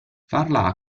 farla